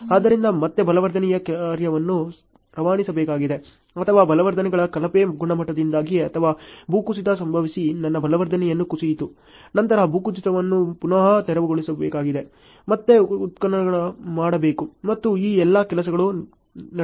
ಆದ್ದರಿಂದ ಮತ್ತೆ ಬಲವರ್ಧನೆಯ ಕಾರ್ಯವನ್ನು ರವಾನಿಸಬೇಕಾಗಿದೆ ಅಥವಾ ಬಲವರ್ಧನೆಗಳ ಕಳಪೆ ಗುಣಮಟ್ಟದಿಂದಾಗಿ ಅಥವಾ ಭೂಕುಸಿತ ಸಂಭವಿಸಿ ನನ್ನ ಬಲವರ್ಧನೆಯನ್ನು ಕುಸಿಯಿತು ನಂತರ ಭೂಕುಸಿತವನ್ನು ಪುನಃ ತೆರವುಗೊಳಿಸಬೇಕಾಗಿದೆ ಮತ್ತೆ ಉತ್ಖನನ ಮಾಡಬೇಕು ಮತ್ತು ಈ ಎಲ್ಲಾ ಕೆಲಸಗಳು ನಡೆಯಬೇಕಾಗಿದೆ ಮತ್ತು ಮುಂದುವರಿಯಿರಿ